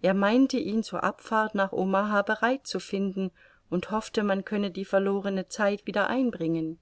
er meinte ihn zur abfahrt nach omaha bereit zu finden und hoffte man könne die verlorene zeit wieder einbringen